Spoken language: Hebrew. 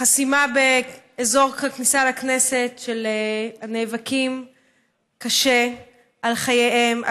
חסימה באזור הכניסה לכנסת של הנאבקים קשה על חייהם,